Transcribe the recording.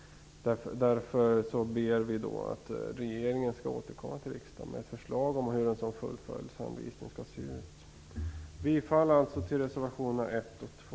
Därför vill vi be att regeringen skall återkomma till riksdagen med ett förslag om hur en sådan fullföljdshänvisning skall se ut. Jag yrkar alltså bifall till reservationerna 1 och 2.